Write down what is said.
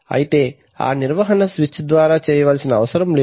అయితే ఆ నిర్వహణ స్విచ్ ద్వారా చేయవలసిన అవసరం లేదు